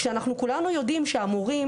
כשאנחנו כולנו יודעים שהמורים